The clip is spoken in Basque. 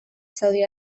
saudi